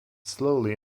slowly